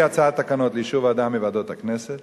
הצעת תקנות לאישור בוועדה מוועדות הכנסת